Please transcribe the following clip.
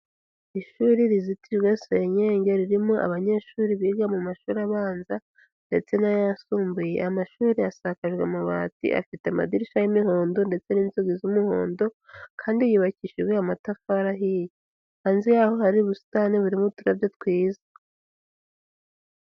Ishuri rizitijwe senyenge ririmo abanyeshuri biga mu mashuri abanza ndetse n'ayasumbuye, amashuri asakajwe amabati, afite amadirishya y'imihondo ndetse n'inzugi z'umuhondo kandi yubakishijwe amatafari ahiye, hanze y'aho hari ubusitani burimo uturabyo twiza.